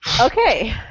Okay